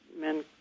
men